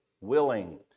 willing